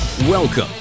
Welcome